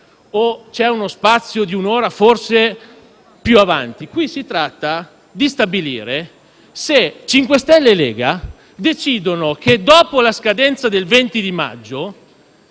o uno spazio di un'ora forse più avanti. Qui si tratta di stabilire se il Movimento 5 Stelle e la Lega decidono che, dopo la scadenza del 20 maggio,